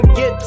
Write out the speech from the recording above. get